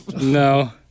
no